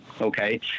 okay